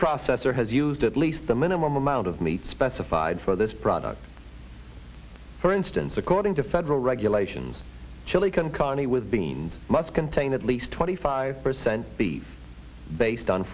processor has used at least the minimum amount of meat specified for this product for instance according to federal regulations chili con carne e with beans must contain at least twenty five percent beef based on